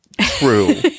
true